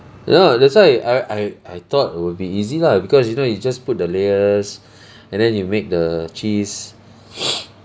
ya that's why I I I thought it would be easy lah because you know you just put the layers and then you make the cheese